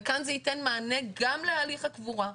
וכאן זה ייתן מענה גם להליך הקבורה.